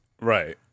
Right